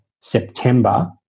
September